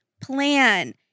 plan